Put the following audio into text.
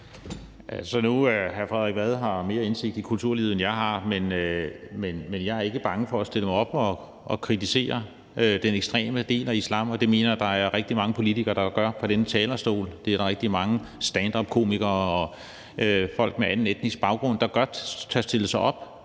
Nu har hr. Frederik Vad mere indsigt i kulturlivet, end jeg har, men jeg er ikke bange for at stille mig op og kritisere den ekstreme del af islam, og det mener jeg der er rigtig mange politikere der gør fra denne talerstol. Der er rigtig mange standupkomikere og folk med anden etnisk baggrund, der godt tør stille sig op